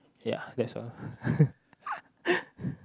ya that's all